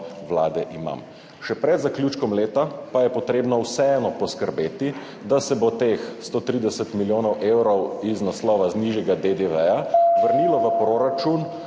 Vlade. Še pred zaključkom leta pa je vseeno potrebno poskrbeti, da se bo teh 130 milijonov evrov iz naslova nižjega DDV vrnilo v proračun,